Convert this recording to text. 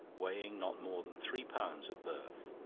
weighing not more than three pounds at birth,